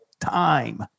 time